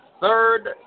third